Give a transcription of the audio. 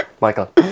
Michael